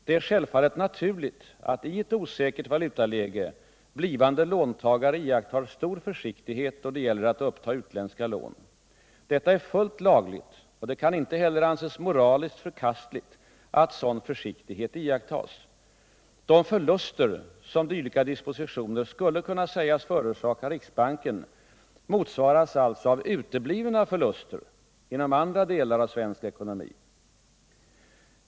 Det är självfallet naturligt att i ett osäkert valutaläge blivande låntagare iakttar stor försiktighet då det gäller att uppta utländska lån. Detta är fullt lagligt, och det kan inte heller anses moraliskt förkastligt att sådan försiktighet iakttas. De förluster som dylika dispositioner skulle kunna sägas förorsaka riksbanken motsvaras alltså av uteblivna förluster inom andra delar av svensk ekonomi.